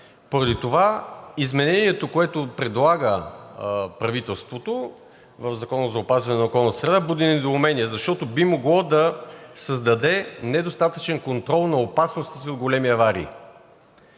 Поради това изменението, което предлага правителството в Закона за опазване на околната среда, буди недоумение, защото би могло да създаде недостатъчен контрол на опасностите от големи аварии.